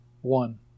one